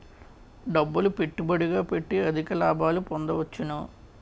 డబ్బులు పెట్టుబడిగా పెట్టి అధిక లాభాలు పొందవచ్చును